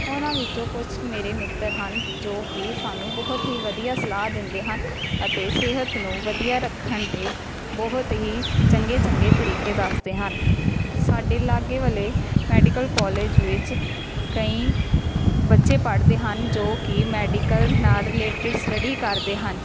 ਉਹਨਾਂ ਵਿੱਚੋਂ ਕੁਛ ਕੁ ਮੇਰੇ ਮਿੱਤਰ ਹਨ ਜੋ ਕਿ ਸਾਨੂੰ ਬਹੁਤ ਹੀ ਵਧੀਆ ਸਲਾਹ ਦਿੰਦੇ ਹਨ ਅਤੇ ਸਿਹਤ ਨੂੰ ਵਧੀਆ ਰੱਖਣ ਦੇ ਬਹੁਤ ਹੀ ਚੰਗੇ ਚੰਗੇ ਤਰੀਕੇ ਦੱਸਦੇ ਹਨ ਸਾਡੇ ਲਾਗੇ ਵਾਲੇ ਮੈਡੀਕਲ ਕੋਲਜ ਵਿੱਚ ਕਈ ਬੱਚੇ ਪੜ੍ਹਦੇ ਹਨ ਜੋ ਕਿ ਮੈਡੀਕਲ ਨਾਲ ਰਿਲੇਟਿਡ ਸਟੱਡੀ ਕਰਦੇ ਹਨ